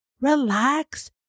relax